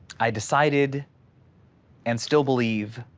i decided and still believe